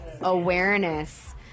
awareness